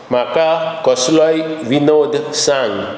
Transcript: म्हाका कसलोय विनोद सांग